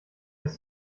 ist